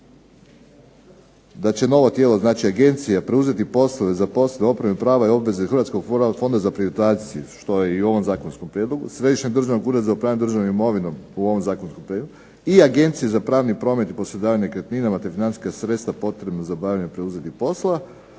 da će novo tijelo, znači agencija preuzeti poslove za poslove …/Ne razumije se./… prava i obveze Hrvatskog fonda za privatizaciju, što je i u ovom zakonskom prijedlogu, Središnjeg državnog ureda za upravljanje državnom imovinom u ovom zakonskom prijedlogu i Agencije za pravni promet i posredovanje nekretninama, te financijska sredstva potrebna za obavljanje preuzetih poslova,